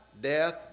death